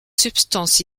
substance